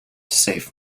safe